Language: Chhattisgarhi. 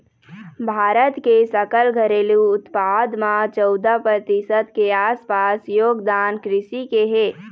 भारत के सकल घरेलू उत्पाद म चउदा परतिसत के आसपास योगदान कृषि के हे